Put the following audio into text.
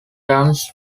runs